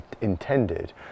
intended